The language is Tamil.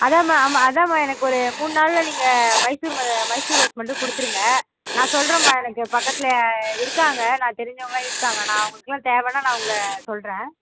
அதான்மா அம்மா அதான்மா எனக்கு ஒரு மூணு நாளில் நீங்கள் மைசூர் மைசூர் ரோஸ் மட்டும் கொடுத்துருங்க நான் சொல்கிறேம்மா எனக்கு பக்கத்தில் இருக்காங்க நான் தெரிஞ்சவங்கள்லாம் இருக்காங்க நான் அவுங்களுக்கெல்லாம் தேவைன்னா நான் உங்களை சொல்கிறேன்